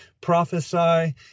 prophesy